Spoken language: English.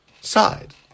side